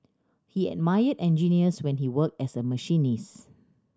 he admired engineers when he worked as a machinist